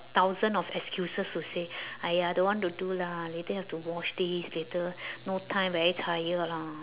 thousand of excuses to say !aiya! don't want to do lah later have to wash this later no time very tired lah